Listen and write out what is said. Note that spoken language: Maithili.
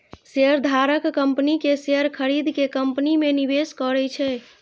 शेयरधारक कंपनी के शेयर खरीद के कंपनी मे निवेश करै छै